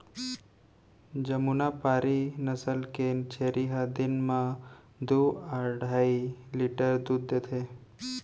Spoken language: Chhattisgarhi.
जमुनापारी नसल के छेरी ह दिन म दू अढ़ाई लीटर दूद देथे